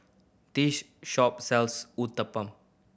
this shop sells Uthapam